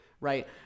right